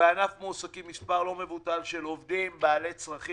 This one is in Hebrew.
בענף מועסקים מספר לא מבוטל של עובדים בעלי צרכים